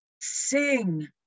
sing